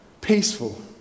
Peaceful